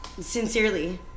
Sincerely